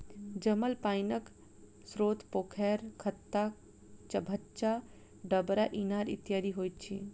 जमल पाइनक स्रोत पोखैर, खत्ता, चभच्चा, डबरा, इनार इत्यादि होइत अछि